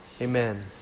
Amen